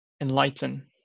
enlighten